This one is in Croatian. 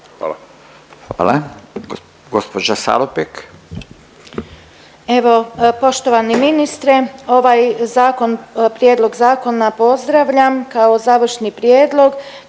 **Salopek, Anđelka (HDZ)** Evo, poštovani ministre, ovaj zakon, prijedlog zakona pozdravljam kao završni prijedlog